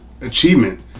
achievement